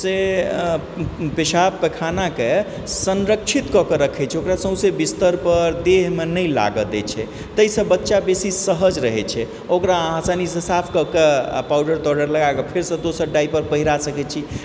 से पेशाब पेखानाके संरक्षित कऽ कए राखै छै ओकरा सौंसे बिस्तरपर देहमे नहि लागै दैत छै ताहिसँ बच्चा बेसी सहज रहै छै ओकरा अहाँ आसानीसँ साफ कए कऽ पाउडर ताउडर लगाकऽ फेरसँ दोसर डाइपर पहिरा सकै छी